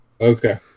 Okay